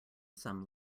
some